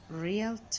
Real